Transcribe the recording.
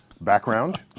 background